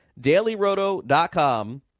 DailyRoto.com